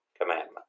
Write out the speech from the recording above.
commandment